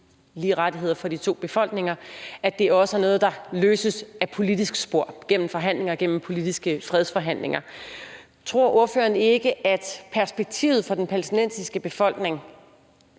lige rettigheder for de to befolkninger, også mener, at det også er noget, der løses ad et politisk spor gennem forhandlinger, gennem politiske fredsforhandlinger. Tror ordføreren ikke, at perspektivet for den palæstinensiske befolkning